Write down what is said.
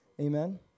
Amen